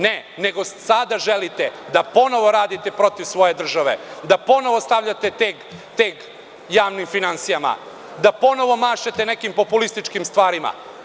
Ne, nego sada želite da ponovo radite protiv svoje države, da ponovo stavljate teg javnim finansijama, da ponovo mašete nekim populističkim stvarima.